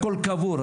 הכל קבור.